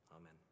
amen